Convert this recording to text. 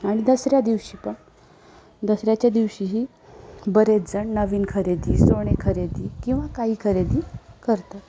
आणि दसऱ्या दिवशी पण दसऱ्याच्या दिवशी ही बरेचजण नवीन खरेदी सोने खरेदी किंवा काही खरेदी करतात